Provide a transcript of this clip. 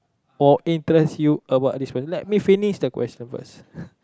or interest you about this person let me finish the question first